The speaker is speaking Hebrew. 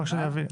רק שאני אבין.